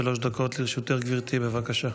עד שלוש דקות לרשותך, גברתי, בבקשה.